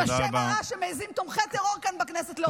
עם השם הרע שמעיזים תומכי טרור כאן בכנסת להוציא עליהם.